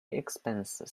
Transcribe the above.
expenses